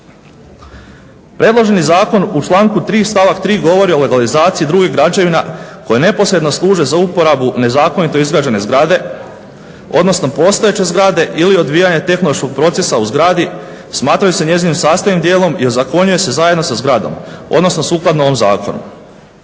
Predloženi zakon u članku 3. stavak 3. govori o legalizaciji drugih građevina koje neposredno služe za uporabu nezakonito izgrađene zgrade, odnosno postojeće zgrade ili odvijanje tehnološkog procesa u zgradi smatraju se njezinim sastavnim dijelom i ozakonjuje se zajedno sa zgradom, odnosno sukladno ovom zakonu.